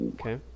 Okay